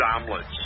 omelets